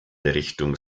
richtung